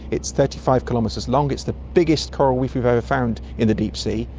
it's thirty five kilometres long, it's the biggest coral reef we've ever found in the deep sea,